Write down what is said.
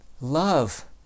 love